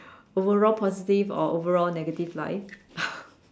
overall positive or overall negative life